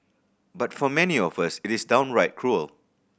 but for many of us it is downright cruel